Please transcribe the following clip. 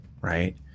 right